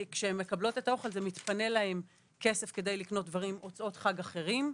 כשהם מקבלות את האוכל מתפנה להן כסף כדי לקנות הוצאות חג אחרות,